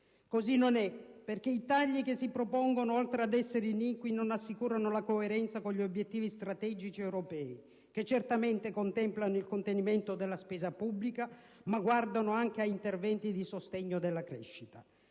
Così non è, perché i tagli che si propongono, oltre ad essere iniqui, non assicurano la coerenza con gli obiettivi strategici europei, che certamente contemplano il contenimento della spesa pubblica, ma guardano anche a interventi di sostegno della crescita.